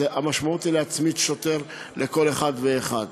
המשמעות היא להצמיד שוטר לכל אחד ואחד,